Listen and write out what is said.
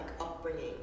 upbringing